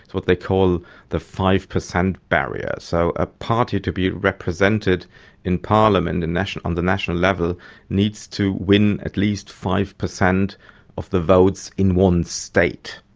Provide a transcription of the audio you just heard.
what they call the five percent barrier. so a party to be represented in parliament and on the national level needs to win at least five percent of the votes in one state,